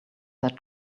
that